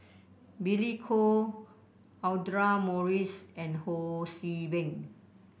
Billy Koh Audra Morrice and Ho See Beng